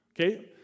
Okay